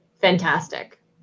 fantastic